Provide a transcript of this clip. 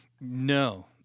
No